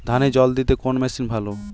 ধানে জল দিতে কোন মেশিন ভালো?